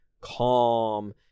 calm